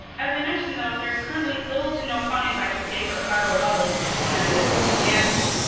as i mentioned, though, there's currently little to no funding by the state or federal levels to implement most of these mandates.